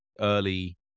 early